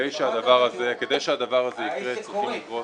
מתי זה קורה?